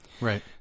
Right